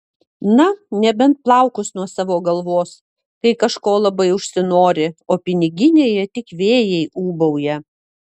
na nebent plaukus nuo savo galvos kai kažko labai užsinori o piniginėje tik vėjai ūbauja